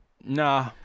Nah